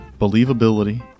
believability